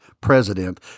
president